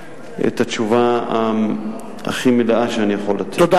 אני חייב להגיד שהשאלות ששאלתי בדיונים תוך